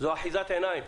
זו אחיזת עיניים.